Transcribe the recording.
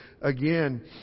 Again